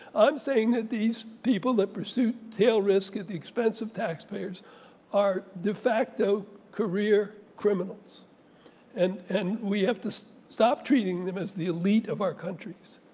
i'm saying that these people that pursue tail risk at the expense of taxpayers are de-facto career criminals and and we have to stop treating them as the elite of our countries